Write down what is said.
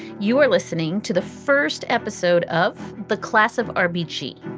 you were listening to the first episode of the class of ah rbd sheet.